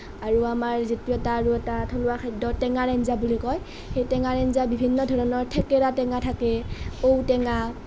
আৰু আমাৰ যিটো এটা আৰু এটা থলুৱা খাদ্য টেঙাৰ আঞ্জা বুলি কয় সেই টেঙাৰ অঞ্জা বিভিন্ন ধৰণৰ থেকেৰা টেঙা থাকে ঔটেঙা